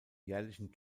jährlichen